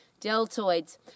deltoids